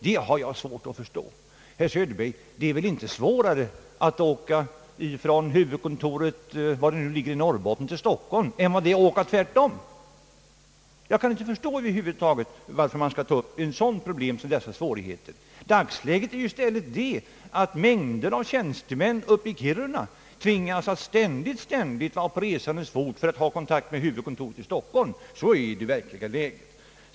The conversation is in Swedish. Det är väl inte, herr Söderberg, svårare att åka från huvudkontoret, var det nu ligger i Norrbotten, till Stockholm än tvärtom, Jag kan över huvud taget inte förstå varför man tar upp ett sådant problem. Dagsläget är ju i stället att ett mycket stort antal tjänstemän i Kiruna tvingas att ständigt vara på resande fot för att ha kontakt med huvudkontoret i Stockholm. Så är det verkliga läget.